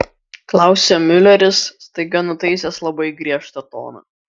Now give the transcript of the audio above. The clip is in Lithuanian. klausia miuleris staiga nutaisęs labai griežtą toną